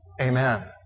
Amen